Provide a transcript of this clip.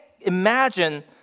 imagine